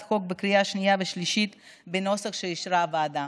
החוק בקריאה שנייה ושלישית בנוסח שאישרה הוועדה.